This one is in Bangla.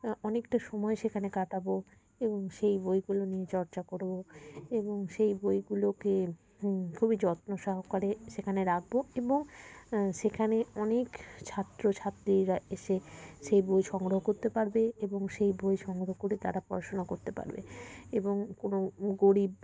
অনেকটা সময় সেখানে কাটাবো এবং সেই বইগুলো নিয়ে চর্চা করবো এবং সেই বইগুলোকে খুবই যত্ন সহকারে সেখানে রাখবো এবং সেখানে অনেক ছাত্র ছাত্রীরা এসে সেই বই সংগ্রহ করতে পারবে এবং সেই বই সংগ্রহ করে তারা পড়াশোনা করতে পারবে এবং কোনো গরীব